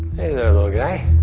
hey there little guy,